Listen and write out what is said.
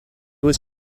was